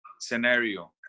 scenario